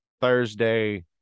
Thursday